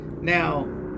Now